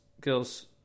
girls